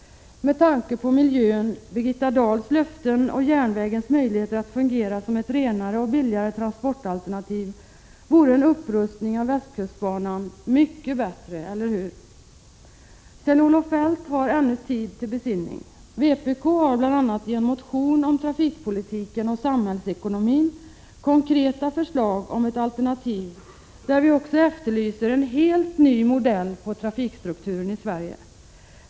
Med tanke på miljön, Birgitta Dahls löften och järnvägens möjligheter att fungera som ett renare och billigare transportalternativ vore en upprustning av västkustbanan mycket bättre, eller hur? Kjell-Olof Feldt har ännu tid till besinning. Vpk har bl.a. i en motion om trafikpolitiken och samhällsekonomin konkreta förslag till ett alternativ, där vi också efterlyser en helt ny modell för trafikstrukturen i Sverige.